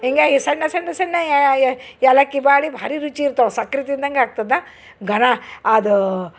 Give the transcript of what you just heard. ಹೀಗಾಗಿ ಸಣ್ಣ ಸಣ್ಣ ಸಣ್ಣ ಏಲಕ್ಕಿ ಬಾಳಿ ಭಾರಿ ರುಚಿ ಇರ್ತಾವೆ ಸಕ್ರಿ ತಿಂದಂಗೆ ಆಗ್ತದ ಗನ ಅದೂ